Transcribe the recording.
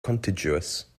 contiguous